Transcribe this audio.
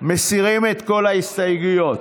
מסירים את כל ההסתייגויות,